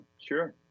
sure